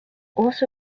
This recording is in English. also